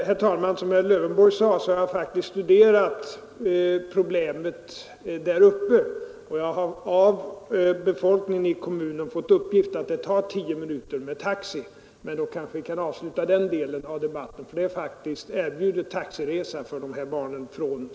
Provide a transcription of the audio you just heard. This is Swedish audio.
Herr talman! Som herr Lövenborg sade, har jag faktiskt studerat Ån8 bestämmelproblemet där uppe, och jag har av befolkningen i kommunen fått Serna för antagning uppgiften att barnens resa tar tio minuter med taxi. Därmed kanske vi lill bibliotekshögkan avsluta den delen av debatten, eftersom barnen har erbjudits taxiresa.